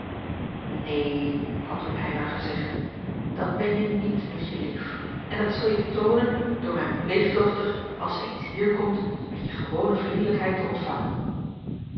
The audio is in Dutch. neen had toen eylar gezegd dat benje niet mietje lief en dat zulje toonen door mijn pleegdochter als zij eens hier komt met je gewone vriendelijkheid te ontvangen